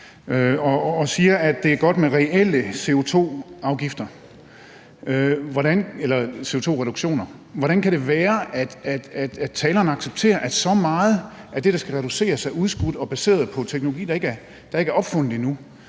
og siger, at det er godt med reelle CO2-reduktioner. Hvordan kan det være, at taleren accepterer, at så meget af det, der skal reduceres, er udskudt og baseret på teknologi, der ikke er opfundet endnu?